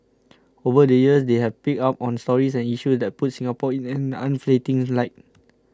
over the years they have picked up on stories and issues that puts Singapore in an unflattering light